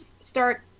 start